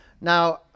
Now